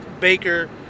Baker